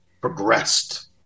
progressed